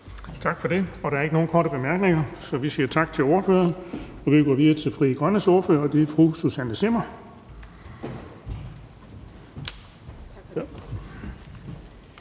Tak for det. Der er ikke nogen korte bemærkninger, så vi siger tak til ordføreren. Vi går videre til Frie Grønnes ordfører, og det er fru Susanne Zimmer.